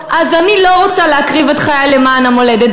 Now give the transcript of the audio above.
אז אני לא רוצה להקריב את חיי למען המולדת,